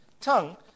tongue